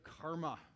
karma